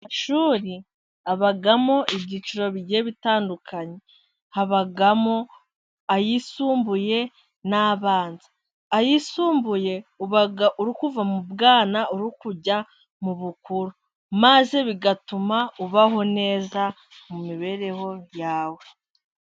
Amashuri abamo ibyiciro bigiye bitandukanye habamo ayisumbuye n'abanza. Ayisumbuye uba uri kuva mu bwana uri kujya mu bukuru maze bigatuma ubaho neza mu mibereho yawe.